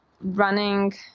running